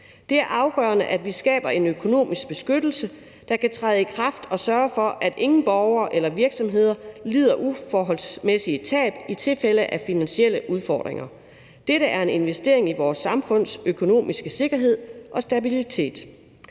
Det er afgørende, at vi skaber en økonomisk beskyttelse, der kan træde i kraft og sørge for, at ingen borgere eller virksomheder lider uforholdsmæssigt store tab i tilfælde af finansielle udfordringer. Dette er en investering i vores samfunds økonomiske sikkerhed og stabilitet.